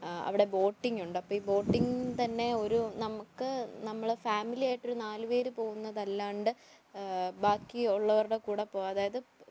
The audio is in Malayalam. അവിടെ ബോട്ടിങ്ങ് ഉണ്ട് അപ്പം ബോട്ടിങ്ങ് തന്നെ ഒരു നമുക്ക് നമ്മളെ ഫാമിലിയായിട്ട് ഒരു നാല് പേർ പോകുന്നതല്ലാതെ ബാക്കിയുള്ളവരുടെ കൂടെ പോകാം അതായത്